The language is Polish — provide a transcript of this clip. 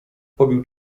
pobił